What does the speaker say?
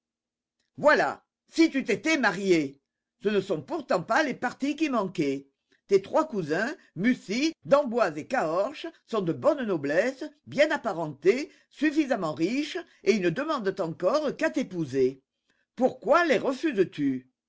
voilà si tu t'étais mariée ce ne sont pourtant pas les partis qui manquaient tes trois cousins mussy d'emboise et caorches sont de bonne noblesse bien apparentés suffisamment riches et ils ne demandent encore qu'à t'épouser pourquoi les refuses tu